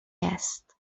است